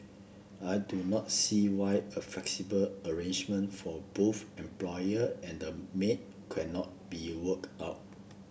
I do not see why a flexible arrangement for both employer and maid cannot be worked out